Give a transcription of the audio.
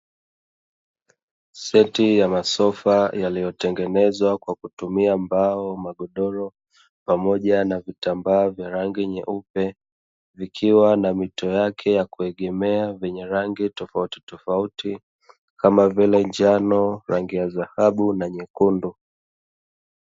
Seti ya sofa yaliyotengenezwa kwa kutumia mbao, magodoro pamoja na vitambaa vya rangi nyeupe vikiwa na mito yake ya kuegemea, vyenye rangi tofauti tofauti kama vile njano, rangi ya dhahabu na nyekundu.